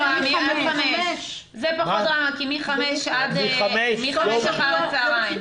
עד 17:00. זה פחות דרמה, כי מ-17:00 אחר הצוהריים.